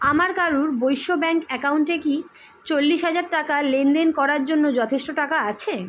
আমার কারুর বৈশ্য ব্যাঙ্ক অ্যাকাউন্টে কি চল্লিশ হাজার টাকা লেনদেন করার জন্য যথেষ্ট টাকা আছে